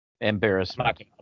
Embarrassment